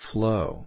Flow